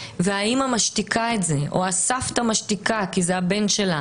והאימא משתיקה את זה או הסבתא משתיקה כי זה הבן שלה